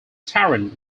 tarrant